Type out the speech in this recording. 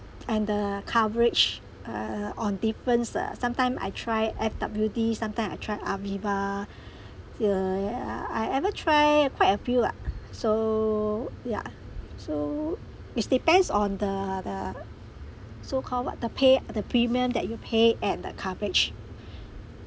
and the coverage uh on differents uh sometime I try F_W_D sometime I tried Aviva uh ya ya I ever try quite a few lah so ya so is depends on the the so called what the pay the premium that you pay and the coverage